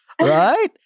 Right